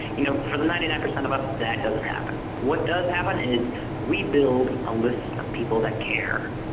you know, for the ninety nine percent of us, that doesn't happen. what does happen is we build a list of people that care,